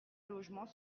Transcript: logement